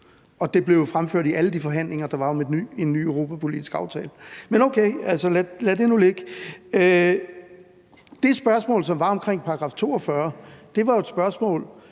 Og det blev jo fremført i alle de forhandlinger, der var om en ny europapolitisk aftale. Men okay, altså, lad det nu ligge. Det spørgsmål, som var om artikel 42, var jo et spørgsmål